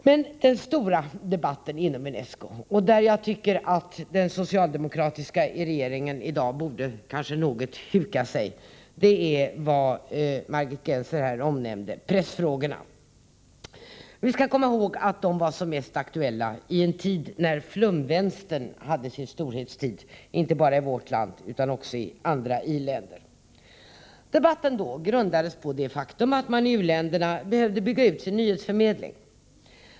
Men den stora debatten inom UNESCO -— där jag tycker att den socialdemokratiska regeringen i dag borde huka sig något — gäller, som Margit Gennser nämnde, pressfrågorna. Vi skall komma ihåg att de var som mest aktuella i en tid när flumvänstern hade sin storhetstid, inte bara i vårt land utan också i andra i-länder. Debatten grundades då på det faktum att man i u-länderna behövde bygga ut sin nyhetsförmedling.